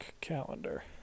calendar